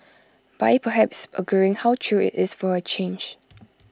by perhaps agreeing how true IT is for A change